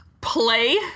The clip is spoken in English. play